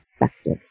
effective